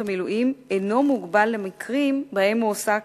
המילואים אינה מוגבלת למקרים שבהם הועסק